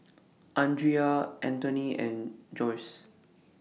Andria Anthoney and Josue